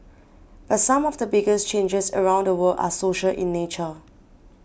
but some of the biggest changes around the world are social in nature